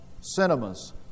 cinemas